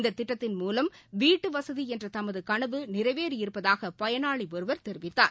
இத்திட்டத்தின் மூலம் வீட்டுவசதிஎன்றதமதுகனவு நிறைவேறியிருப்பதாகபயனாளிஒருவர் தெரிவித்தார்